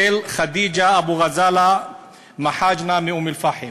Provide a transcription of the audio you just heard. חדיג'ה אבו גזאלה מחאג'נה מאום-אלפחם.